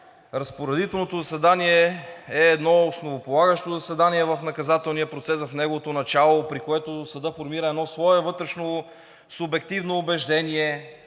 разпоредителното заседание е едно основополагащо заседание в наказателния процес, в неговото начало, при което съдът формира едно свое вътрешно субективно убеждение,